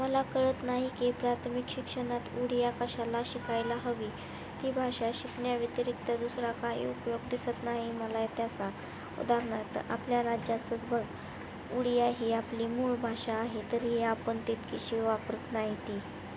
मला कळत नाही की प्राथमिक शिक्षणात उडिया कशाला शिकायला हवी ती भाषा शिकण्याव्यतिरिक्त दुसरा काय उपयोग दिसत नाही मला त्याचा उदाहरणार्थ आपल्या राज्याचंच बघ उडिया ही आपली मूळ भाषा आहे तरी ही आपण तितकीशी वापरत नाही ती